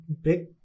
big